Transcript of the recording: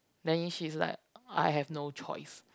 then she's like I have no choice